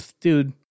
Dude